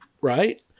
Right